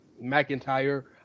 McIntyre